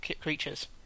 creatures